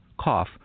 cough